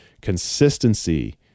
consistency